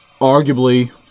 arguably